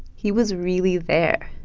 he was really there.